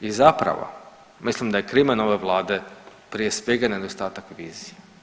I zapravo mislim da je krimen ove vlade prije svega nedostatak vizije.